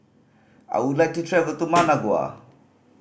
I would like to travel to Managua